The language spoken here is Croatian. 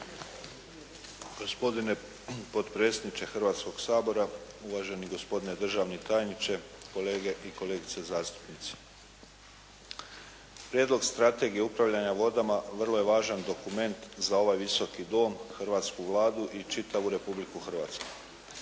Hrvatskoga sabora, uvaženi gospodine državni tajniče, kolege i kolegice zastupnici. Prijedlog strategije upravljanja vodama vrlo je važan dokument za ovaj Visoki dom, hrvatsku Vladu i čitavu Republiku Hrvatsku.